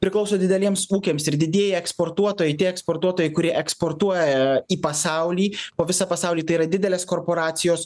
priklauso dideliems ūkiams ir didieji eksportuotojai tie eksportuotojai kurie eksportuoja į pasaulį po visą pasaulį tai yra didelės korporacijos